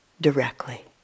directly